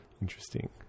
Interesting